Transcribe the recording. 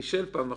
פישל פעם אחת,